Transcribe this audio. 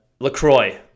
LaCroix